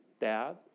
Dad